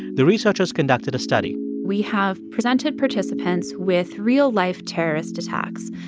the researchers conducted a study we have presented participants with real-life terrorist attacks.